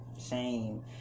shame